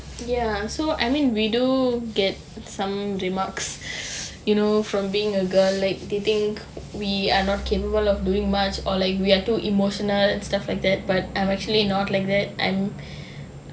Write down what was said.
ya so I mean we do get some remarks you know from being a girl like they think we are not capable of doing much or like we are too emotional and stuff like that but I'm actually not like that I'm